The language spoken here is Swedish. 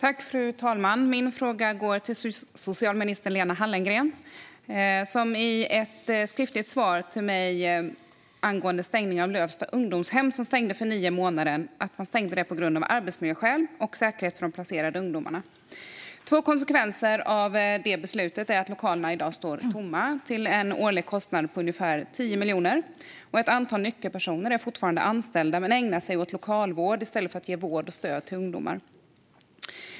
Fru talman! Min fråga går till socialminister Lena Hallengren. Hon har i ett skriftligt svar på en fråga från mig angående stängning av Sis ungdomshem Lövsta, som stängdes för nio månader sedan, svarat att det stängdes på grund av arbetsmiljöskäl och säkerheten för de placerade ungdomarna. Två konsekvenser av det beslutet är att lokalerna i dag står tomma, till en årlig kostnad på ungefär 10 miljoner, och att ett antal nyckelpersoner fortfarande är anställda men ägnar sig åt lokalvård i stället för att ge vård och stöd till ungdomar.